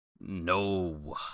No